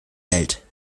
welt